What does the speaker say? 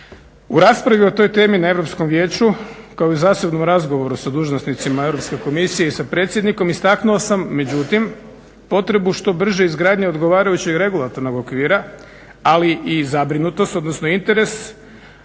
U raspravi o toj temi na Europskom vijeću, kao i zasebnom razgovoru sa dužnosnicima Europske komisije i sa predsjednikom, istaknuo sam međutim potrebu što brže izgradnje odgovarajućeg regulatornog okvira ali i zabrinutost, odnosno interes